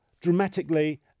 dramatically